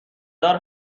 دار